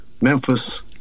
Memphis